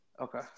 Okay